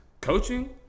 coaching